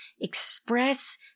express